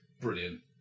brilliant